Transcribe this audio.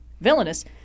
villainous